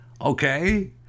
Okay